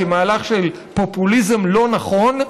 כמהלך של פופוליזם לא נכון,